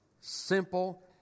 simple